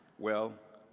well,